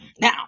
Now